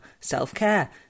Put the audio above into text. self-care